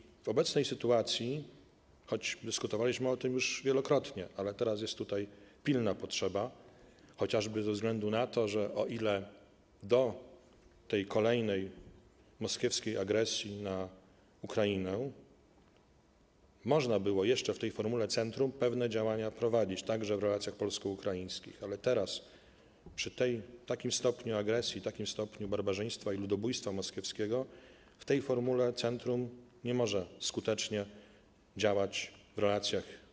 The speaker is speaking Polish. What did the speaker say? Jeżeli chodzi o obecną sytuację, to dyskutowaliśmy o tym już wielokrotnie, ale teraz jest pilna potrzeba, chociażby ze względu na to, że o ile do tej kolejnej moskiewskiej agresji na Ukrainę można było jeszcze w tej formule centrum pewne działania prowadzić, także w relacjach polsko-ukraińskich, to teraz, przy takim stopniu agresji, takim stopniu barbarzyństwa i ludobójstwa moskiewskiego w tej formule centrum nie może skutecznie działać w relacjach.